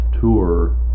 tour